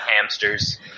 hamsters